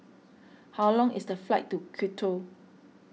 how long is the flight to Quito